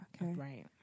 Right